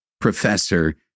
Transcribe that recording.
Professor